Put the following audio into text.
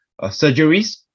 surgeries